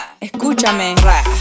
escúchame